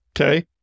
Okay